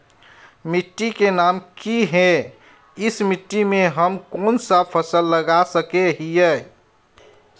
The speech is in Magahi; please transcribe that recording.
मिट्टी के नाम की है इस मिट्टी में हम कोन सा फसल लगा सके हिय?